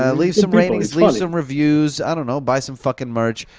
and leave some ratings, leave some reviews, i don't know, buy some fucking merch.